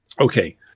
Okay